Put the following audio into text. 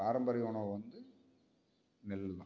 பாரம்பரிய உணவு வந்து நெல்தான்